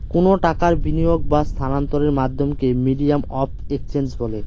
কোনো টাকার বিনিয়োগ বা স্থানান্তরের মাধ্যমকে মিডিয়াম অফ এক্সচেঞ্জ বলে